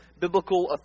biblical